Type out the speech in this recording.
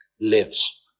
lives